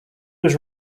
was